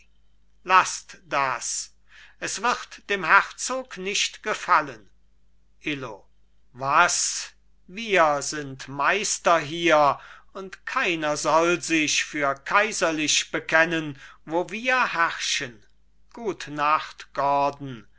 laßt das es wird dem herzog nicht gefallen illo was wir sind meister hier und keiner soll sich für kaiserlich bekennen wo wir herrschen gut nacht gordon